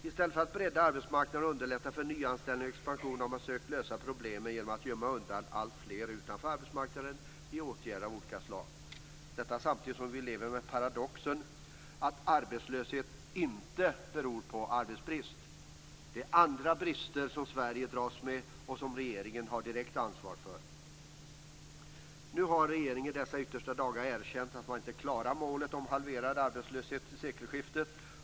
I stället för att bredda arbetsmarknaden och underlätta nyanställning och expansion har man sökt lösa problemen genom att gömma undan alltfler utanför arbetsmarknaden i åtgärder av olika slag - detta samtidigt som vi lever med paradoxen att arbetslöshet inte beror på arbetsbrist! Det är andra brister som Sverige dras med och som regeringen direkt har ansvar för. Nu har regeringen i dessa yttersta dagar erkänt att man inte klarar målet om halverad arbetslöshet till sekelskiftet.